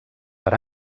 per